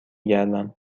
گردم